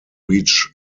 reach